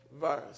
verse